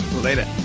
Later